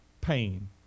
pain